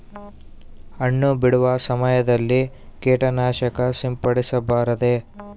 ಹಣ್ಣು ಬಿಡುವ ಸಮಯದಲ್ಲಿ ಕೇಟನಾಶಕ ಸಿಂಪಡಿಸಬಾರದೆ?